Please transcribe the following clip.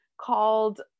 called